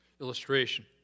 Illustration